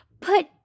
put